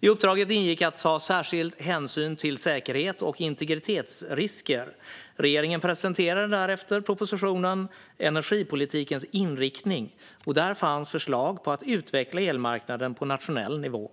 I uppdraget ingick att ta särskild hänsyn till säkerhets och integritetsrisker. Regeringen presenterade därefter propositionen Energipolitikens inriktning . Där fanns förslag för att utveckla elmarknaden på nationell nivå.